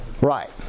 right